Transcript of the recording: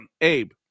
Abe